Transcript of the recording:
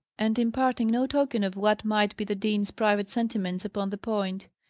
and imparting no token of what might be the dean's private sentiments upon the point.